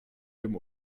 dem